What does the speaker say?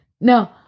No